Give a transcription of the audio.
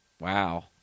Wow